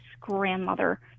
grandmother